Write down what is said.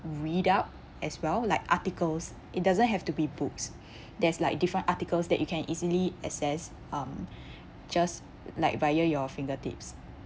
read up as well like articles it doesn't have to be books there's like different articles that you can easily access um just like via your fingertips